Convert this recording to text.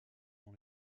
dans